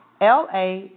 LA